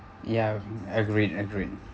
ya mm agreed agreed